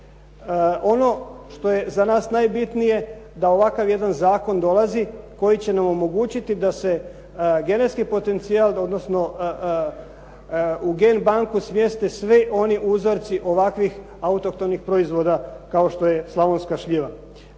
ono što je za nas najbitnije, da ovakav jedan zakon dolazi koji će nam omogućiti da se genetski potencijal, odnosno u Gen banku smjeste svi oni uzorci ovakvih autohtonih proizvoda kao što je slavonska šljiva.